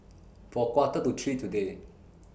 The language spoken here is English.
For A Quarter to three today